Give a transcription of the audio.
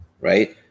right